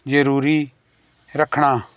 ਜ਼ਰੂਰੀ ਰੱਖਣਾ